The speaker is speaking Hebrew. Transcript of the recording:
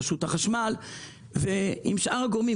רשות החשמל ועם שאר הגורמים,